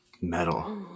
Metal